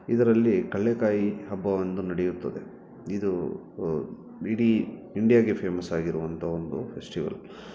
ಇದರಲ್ಲಿ ಕಡ್ಲೆಕಾಯಿ ಹಬ್ಬವೊಂದು ನಡೆಯುತ್ತದೆ ಇದು ಇಡೀ ಇಂಡಿಯಾಗೆ ಫೇಮಸ್ ಆಗಿರುವಂಥ ಒಂದು ಫೆಸ್ಟಿವಲ್